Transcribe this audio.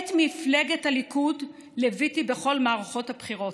את מפלגת הליכוד ליוויתי בכל מערכות הבחירות.